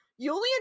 Julian